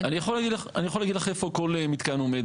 אני יכול להגיד לך איפה כל מתקן עומד.